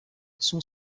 son